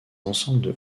ensembles